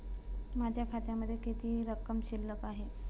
माझ्या खात्यामध्ये किती रक्कम शिल्लक आहे?